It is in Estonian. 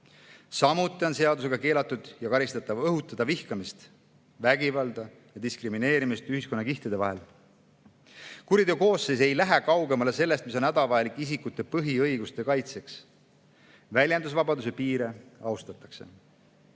Samuti on seadusega keelatud õhutada vihkamist, vägivalda ja diskrimineerimist ühiskonnakihtide vahel. Kuriteokoosseis ei lähe kaugemale sellest, mis on hädavajalik isikute põhiõiguste kaitseks. Väljendusvabaduse piire austatakse.